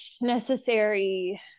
necessary